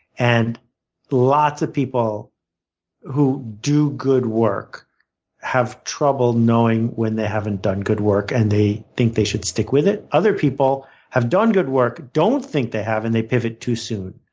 and lots of people who do good work have trouble knowing when they haven't done good work, and they think they should stick with it. other people have done good work, don't think they have and they pivot too soon.